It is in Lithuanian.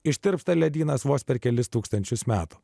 ištirpsta ledynas vos per kelis tūkstančius metų